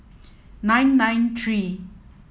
nine nine three